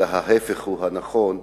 אלא ההיפך הוא הנכון,